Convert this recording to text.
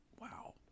Wow